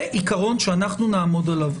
זה עיקרון שנעמוד עליו.